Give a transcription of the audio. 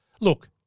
look